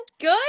Good